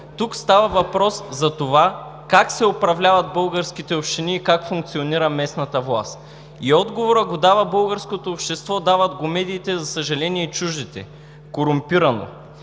Тук става въпрос за това как се управляват българските общини и как функционира местната власт и отговорът го дава българското общество, дават го медиите, за съжаление чуждите – корумпирано!